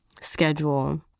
schedule